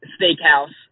steakhouse